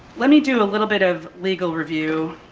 let me do a little bit of legal review.